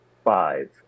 Five